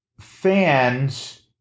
fans